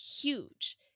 huge